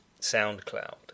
SoundCloud